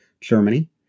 Germany